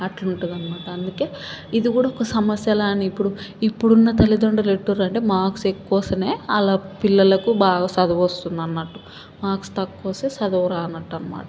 అట్లుంటది అనమాట అందుకే ఇది కూడా ఒక సమస్యలానే ఇప్పుడు ఇప్పుడున్న తల్లిదండ్రులు ఎట్లున్నారంటే మార్క్స్ ఎక్కువ వస్తేనే వాళ్ళ పిల్లలకు బాగా చదువు వస్తుంది అన్నట్టు మార్క్స్ తక్కువ వస్తే చదువు రానట్టు అన్నమాట